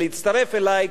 להצטרף אלי.